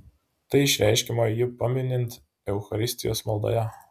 tai išreiškiama jį paminint eucharistijos maldoje